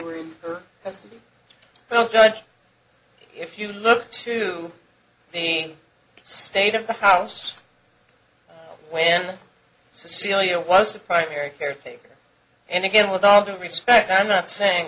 as well judge if you look to the state of the house when celia was the primary caretaker and again with all due respect i'm not saying